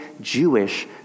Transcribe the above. Jewish